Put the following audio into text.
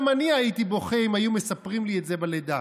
גם אני הייתי בוכה אם היו מספרים לי את זה בלידה.